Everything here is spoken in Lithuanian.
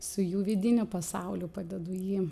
su jų vidiniu pasauliu padedu jį